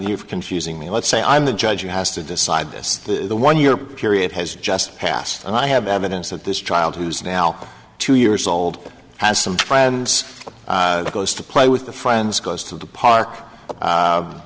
you're confusing me let's say i'm the judge who has to decide this the one year period has just passed and i have evidence that this child who's now two years old has some friends to play with the friends goes to the park